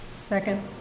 Second